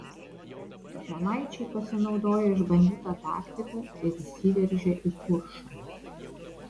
žemaičiai pasinaudojo išbandyta taktika ir įsiveržė į kuršą